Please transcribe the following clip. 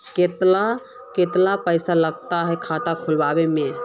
केते पैसा लगते खाता खुलबे में?